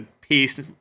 piece